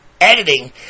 editing